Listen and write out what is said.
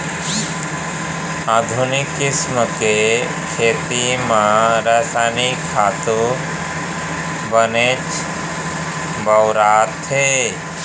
आधुनिक किसम के खेती म रसायनिक खातू बनेच बउरत हें